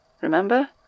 remember